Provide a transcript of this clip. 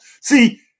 See